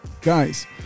Guys